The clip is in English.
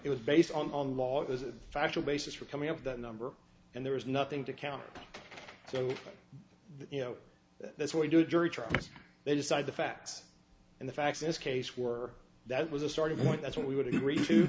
it was based on the law it was a factual basis for coming out of that number and there was nothing to counter so you know that's what we do a jury trial they decide the facts and the facts in this case were that was a starting point that's what we would agree to